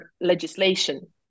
legislation